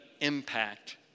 impact